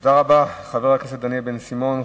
תודה רבה, חבר הכנסת דניאל בן-סימון.